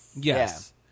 Yes